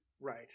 Right